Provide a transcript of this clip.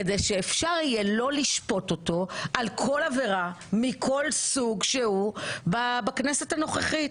כדי שאפשר יהיה לא לשפוט אותו על כל עבירה מכל סוג שהוא בכנסת הנוכחית.